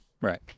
Right